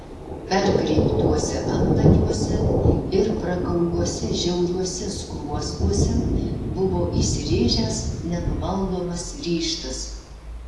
perkreiptuose antakiuose ir prakauliuose žiauriuose skruostuose buvo įsirėžęs nenumaldomas ryžtas